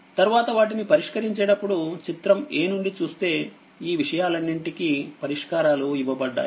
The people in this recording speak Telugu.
తర్వాత వాటిని పరిష్కరించేటప్పుడు చిత్రం a నుండి చూస్తే ఈ విషయాలన్నింటికీ పరిష్కారాలు ఇవ్వబడ్డాయి